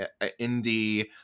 indie